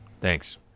Thanks